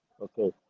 okay